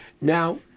now